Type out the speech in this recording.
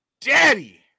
daddy